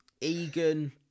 Egan